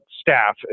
staff